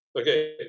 Okay